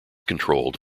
controlled